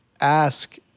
ask